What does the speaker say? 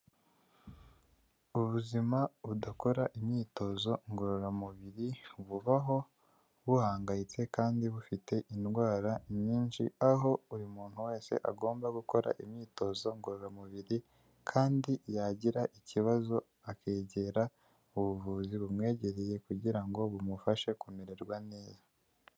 Ubuzima budakora imyitozo ngororamubiri bubaho buhangayitse kandi bufite indwara nyinshi, aho buri muntu wese agomba gukora imyitozo ngororamubiri kandi yagira ikibazo akegera ubuvuzi bumwegereye kugira ngo bumufashe kumererwa neza.